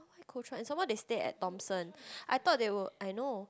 why Kuo Chuan some more they stay at Thomson I thought they would I know